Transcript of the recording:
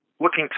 looking